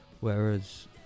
Whereas